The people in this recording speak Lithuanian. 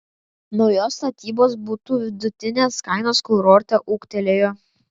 naujos statybos butų vidutinės kainos kurorte ūgtelėjo